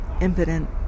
impotent